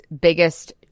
biggest